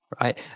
right